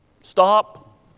stop